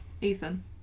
Ethan